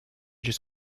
just